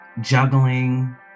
juggling